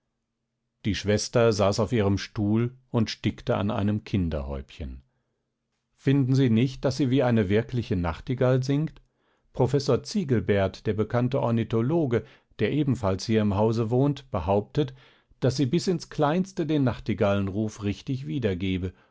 die schwester saß auf ihrem stuhl und stickte an einem kinderhäubchen finden sie nicht daß sie wie eine wirkliche nachtigall singt professor ziegelbert der bekannte ornithologe der ebenfalls hier im hause wohnt behauptet daß sie bis ins kleinste den nachtigallenruf richtig wiedergebe